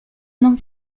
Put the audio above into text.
non